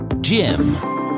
Jim